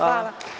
Hvala.